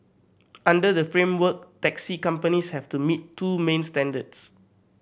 under the framework taxi companies have to meet two main standards